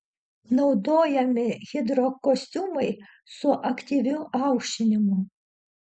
naudojami hidrokostiumai su aktyviu aušinimu